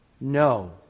No